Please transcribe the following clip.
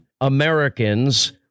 Americans